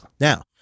Now